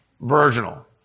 virginal